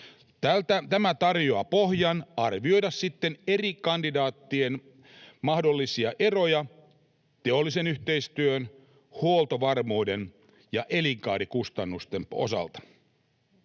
Tämä tarjoaa pohjan arvioida sitten eri kandidaattien mahdollisia eroja teollisen yhteistyön, huoltovarmuuden ja elinkaarikustannusten osalta.